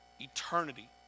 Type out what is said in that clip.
eternity